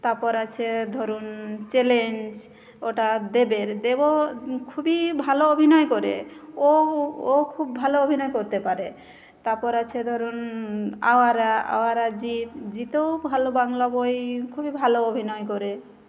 তারপর আছে ধরুন চ্যালাঞ্জে ওটা দেবের দেবও খুবই ভালো অভিনয় করে ওও ওও খুব ভালো অভিনয় করতে পারে তাপর আছে ধরুন আওয়ারা আওয়ারা জিৎ জিৎও ভালো বাংলা বই খুবই ভালো অভিনয় করে